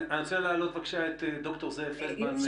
אני רוצה להעלות בבקשה את ד"ר זאב פלדמן.